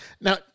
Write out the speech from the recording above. Now